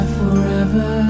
forever